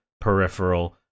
peripheral